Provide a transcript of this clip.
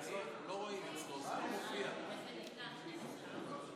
תלוש שכר וגליון אלקטרוני),